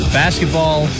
basketball